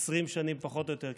20 שנים פחות או יותר,